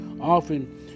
often